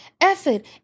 effort